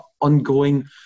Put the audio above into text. ongoing